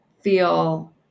feel